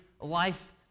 life